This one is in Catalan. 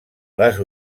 les